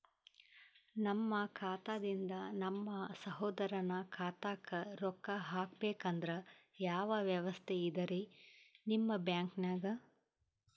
ನಮ್ಮ ಖಾತಾದಿಂದ ನಮ್ಮ ಸಹೋದರನ ಖಾತಾಕ್ಕಾ ರೊಕ್ಕಾ ಹಾಕ್ಬೇಕಂದ್ರ ಯಾವ ವ್ಯವಸ್ಥೆ ಇದರೀ ನಿಮ್ಮ ಬ್ಯಾಂಕ್ನಾಗ?